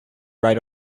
right